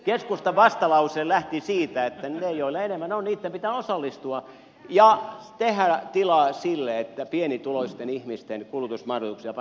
keskustan vastalause lähti siitä että niitten joilla enemmän on pitää osallistua ja tehdä tilaa sille että pienituloisten ihmisten kulutusmahdollisuuksia parannetaan